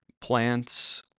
plants